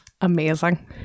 amazing